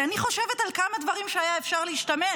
כי אני חושבת על כמה דברים שהיה אפשר להשתמש